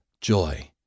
joy